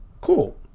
cool